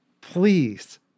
please